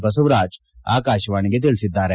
ಬಸವರಾಜ್ ಆಕಾಶವಾಣಿಗೆ ತಿಳಿಸಿದ್ದಾರೆ